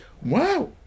Wow